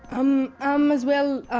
i'm um as well,